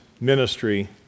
ministry